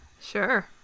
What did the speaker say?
Sure